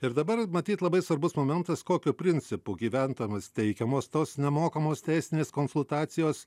ir dabar matyt labai svarbus momentas kokiu principu gyventojams teikiamos tos nemokamos teisinės konsultacijos